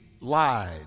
lied